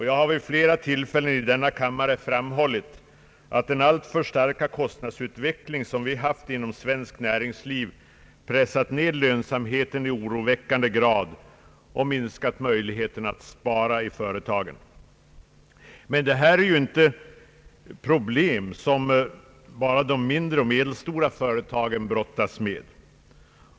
Jag har vid flera tillfällen i denna kammare framhållit, att den alltför starka kostnadsutveckling vi haft inom svenskt näringsliv pressat ned lönsamheten i oroväckande grad och minskat möjligheterna att spara i företagen. Men detta är ju inte problem som bara de mindre och medelstora företagen brottas med.